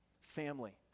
Family